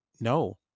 no